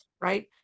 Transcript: right